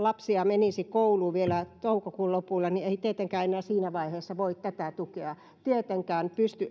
lapsia menisi kouluun vielä toukokuun lopulla niin ei tietenkään enää siinä vaiheessa tätä tukea pysty